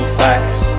facts